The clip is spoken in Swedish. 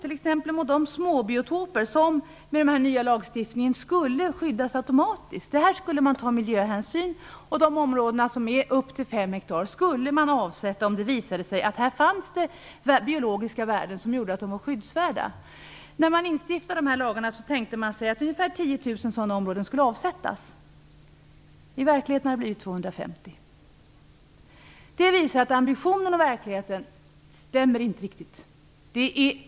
Ett exempel är de småbiotoper som med den nya lagstiftningen skulle skyddas automatiskt. Här skulle man ta miljöhänsyn. De områden som är upp till 5 hektar skulle avsättas om det visade sig att det fanns biologiska värden som gjorde dem skyddsvärda. När man instiftade de här lagarna tänkte man sig att ungefär 10 000 sådana områden skulle avsättas. I verkligheten har det blivit Detta visar att ambitionen och verkligheten inte riktigt stämmer överens.